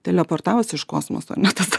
tai ne portalas iš kosmoso ne tas